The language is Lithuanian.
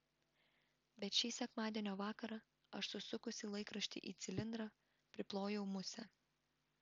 bet šį sekmadienio vakarą aš susukusi laikraštį į cilindrą priplojau musę